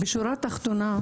בשורה התחתונה,